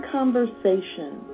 conversation